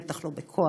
בטח לא בכוח,